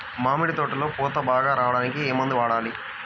మామిడి తోటలో పూత బాగా రావడానికి ఏ మందు వాడాలి?